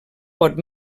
pot